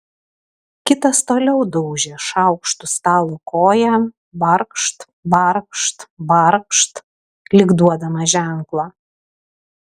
kitas toliau daužė šaukštu stalo koją barkšt barkšt barkšt lyg duodamas ženklą